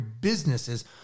businesses